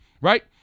right